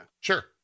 sure